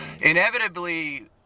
inevitably